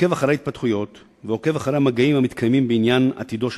עוקב אחרי ההתפתחויות ועוקב אחרי המגעים המתקיימים בעניין עתידו של